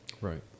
Right